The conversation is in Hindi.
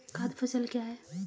खाद्य फसल क्या है?